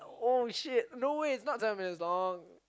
oh shit no way it's not gonna be as long